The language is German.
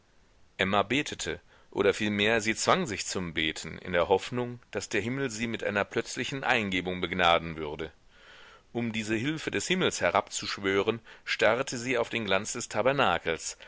emma betete oder vielmehr sie zwang sich zum beten in der hoffnung daß der himmel sie mit einer plötzlichen eingebung begnaden würde um diese hilfe des himmels herabzuschwören starrte sie auf den glanz des tabernakels